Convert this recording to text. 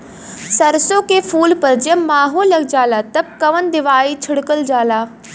सरसो के फूल पर जब माहो लग जाला तब कवन दवाई छिड़कल जाला?